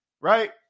right